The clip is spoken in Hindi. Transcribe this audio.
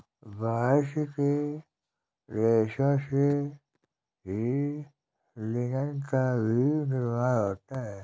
बास्ट के रेशों से ही लिनन का भी निर्माण होता है